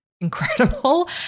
incredible